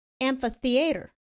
Amphitheater